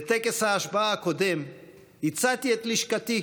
בטקס ההשבעה הקודם הצעתי את לשכתי,